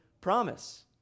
promise